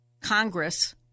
Congress